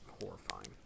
horrifying